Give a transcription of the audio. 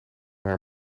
haar